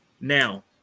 Now